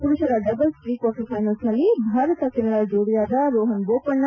ಮರುಷರ doubles pre quarter ಫೈನಲ್ಸ್ನಲ್ಲಿ Bharat Canada ಜೋಡಿಯಾದ ರೋಹನ್ ಬೋಪಣ್ಣ